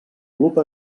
club